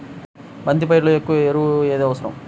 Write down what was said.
బంతి పైరులో ఎక్కువ ఎరువు ఏది అవసరం?